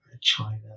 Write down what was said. China